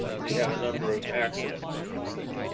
we have a number of accident photos there.